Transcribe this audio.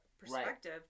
Perspective